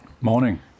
Morning